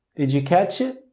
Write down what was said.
did you catch it?